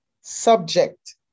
subject